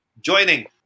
joining